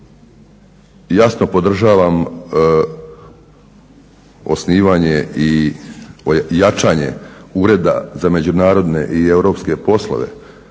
jasno podržavam osnivanje i jačanje Ureda za međunarodne i europske poslove